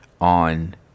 on